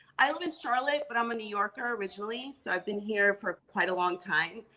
i live in charlotte, but i'm a new yorker originally. so i've been here for quite a long time.